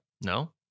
no